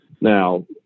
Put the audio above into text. Now